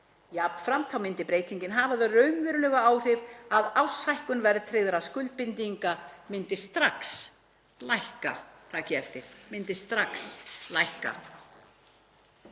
Jafnframt myndi breytingin hafa þau raunverulegu áhrif að árshækkun verðtryggðra skuldbindinga myndi strax lækka …“ Takið eftir, myndi strax lækka.